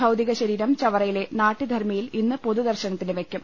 ഭൌതികശരീരം ചവറയിലെ നാടൃധർമ്മിയിൽ ഇന്ന് പൊതുദർശനത്തിന് വയ്ക്കും